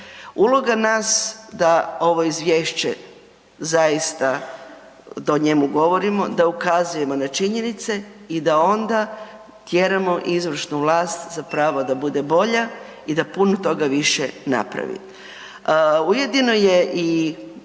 Uloga nas da ovo izvješće zaista, da o njemu govorimo, da ukazujemo na činjenice i da onda tjeramo izvršnu vlast zapravo da bude bolja i da puno više toga napravi. Ujedno je i